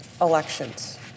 elections